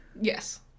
Yes